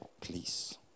please